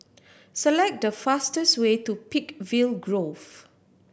select the fastest way to Peakville Grove